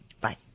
Bye